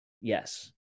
yes